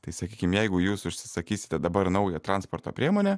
tai sakykim jeigu jūs užsisakysite dabar naują transporto priemonę